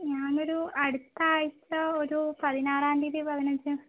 ഞാനൊരു അടുത്താഴ്ചയൊരു പതിനാറാം തിയതി പതിനഞ്ച്